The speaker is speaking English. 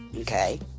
okay